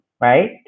right